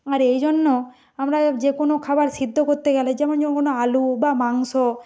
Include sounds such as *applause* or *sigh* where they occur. আর এই জন্য আমরা যে কোনো খাবার সেদ্ধ করতে গেলে যেমন *unintelligible* কোনো আলু বা মাংস